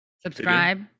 Subscribe